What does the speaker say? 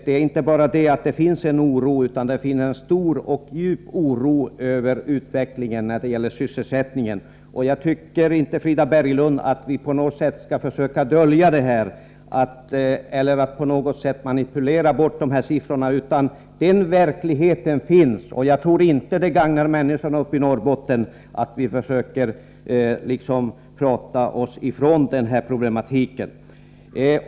Det är inte bara så att det finns en oro utan det finns en stor och djup oro över utvecklingen när det gäller sysselsättningen. Jag tycker inte, Frida Berglund, att vi skall försöka dölja detta eller på något sätt manipulera bort siffrorna i detta sammanhang. Vi måste se verkligheten som den är, och jag tror inte att det gagnar människorna uppe i Norrbotten att vi försöker prata oss ifrån den här problematiken.